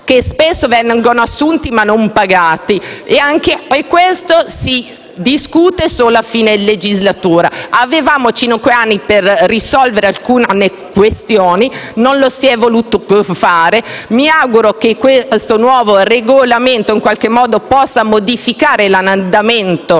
spesso vengono assunti, ma non vengono pagati e anche di questo si discute solo a fine legislatura. Avevamo cinque anni per risolvere alcune questioni, non lo si è voluto fare e mi auguro che il nuovo Regolamento in qualche modo possa modificare l'andamento